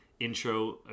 intro